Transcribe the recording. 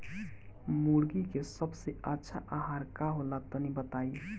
मुर्गी के सबसे अच्छा आहार का होला तनी बताई?